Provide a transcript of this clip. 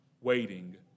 waiting